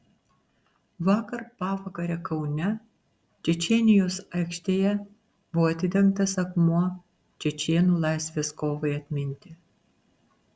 vakar pavakare kaune čečėnijos aikštėje buvo atidengtas akmuo čečėnų laisvės kovai atminti